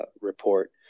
report